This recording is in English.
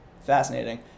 Fascinating